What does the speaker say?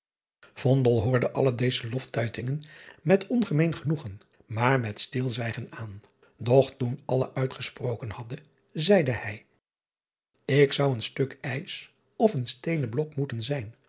hoorde alle deze loftuitingen met ongemeen genoegen maar met stilzwijgen aan doch toen allen uitgesproken hadden zeide hij driaan oosjes zn et leven van illegonda uisman k zou een stuk ijs of een steenen blok moeten zijn